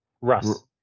Russ